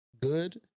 good